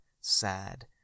sad